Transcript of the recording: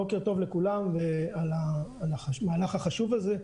בוקר טוב לכולם על המהלך החשוב הזה.